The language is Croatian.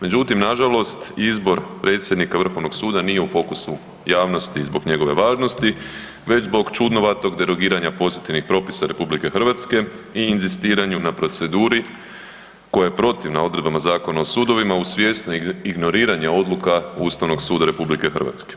Međutim, nažalost izbor predsjednika Vrhovnog suda nije u fokusu javnosti zbog njegove važnosti već zbog čudnovatog derogiranja pozitivnih propisa RH i inzistiranju na proceduri koja je protivna odredbama Zakona o sudovima uz svjesno ignoriranje odluka Ustavnog suda RH.